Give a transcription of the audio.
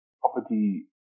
property